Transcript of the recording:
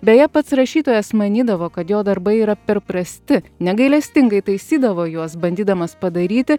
beje pats rašytojas manydavo kad jo darbai yra per prasti negailestingai taisydavo juos bandydamas padaryti